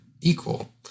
equal